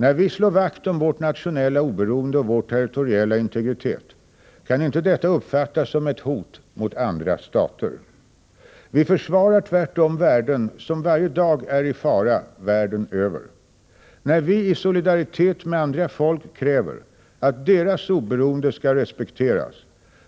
När vi slår vakt om vårt nationella oberoende och vår territoriella integritet kan inte detta uppfattas som ett hot mot andra stater. Vi försvarar tvärtom värden som varje dag är i fara världen över. När vi i solidaritet med andra folk kräver att deras oberoende skall respekteras